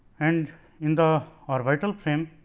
and in the orbital frame